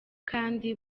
kandi